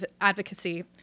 advocacy